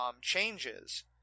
changes